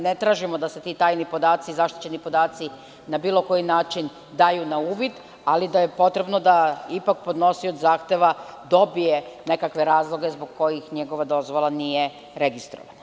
Ne tražimo da se ti tajni podaci, zaštićeni podaci na bilo koji način daju na uvid, ali da je potrebno da ih podnosilac zahteva dobije neke razloge zbog kojih njegova dozvola nije registrovana.